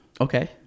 Okay